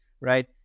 right